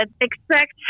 expect